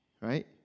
Right